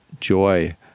joy